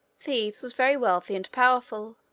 thebes was very wealthy and powerful.